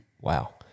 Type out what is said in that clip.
Wow